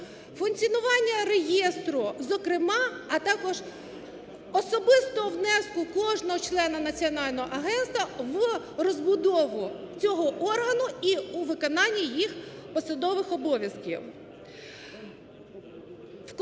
функціонування реєстру зокрема, а також особистого внеску кожного члена національного агентства в розбудову цього органу і у виконання їх посадових обов'язків.